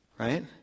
Right